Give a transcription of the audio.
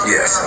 Yes